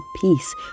peace